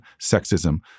sexism